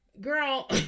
Girl